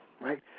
right